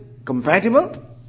compatible